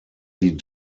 die